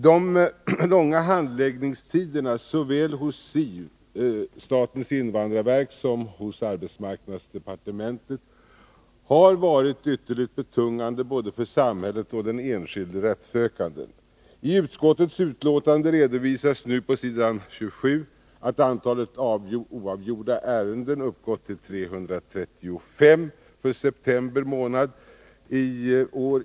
De långa handläggningstiderna såväl hos SIV, statens invandrarverk, som hos arbetsmarknadsdepartementet har varit ytterligt betungande både för samhället och för den enskilde rättssökande. I utskottets betänkande redovisas nu på s. 27 att antalet oavgjorda ärenden i departementet uppgått till 335 för september i år.